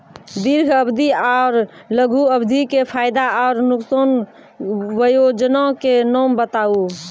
दीर्घ अवधि आर लघु अवधि के फायदा आर नुकसान? वयोजना के नाम बताऊ?